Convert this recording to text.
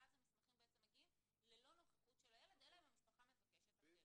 ואז המסמכים מגיעים ללא נוכחות של הילד אלא אם המשפחה מבקשת אחרת.